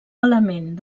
element